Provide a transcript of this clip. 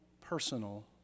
personal